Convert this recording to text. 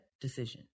decision